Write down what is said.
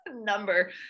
number